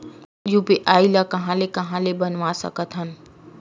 UPI ल कहां ले कहां ले बनवा सकत हन?